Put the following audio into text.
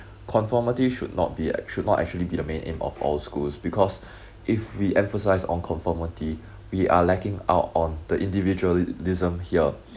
conformity should not be ac~ should not actually be the main aim of all schools because if we emphasise on conformity we are lacking out on the individualism here